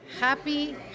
Happy